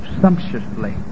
sumptuously